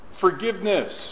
forgiveness